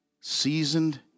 seasoned